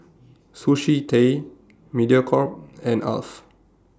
Sushi Tei Mediacorp and Alf